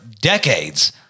decades